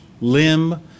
limb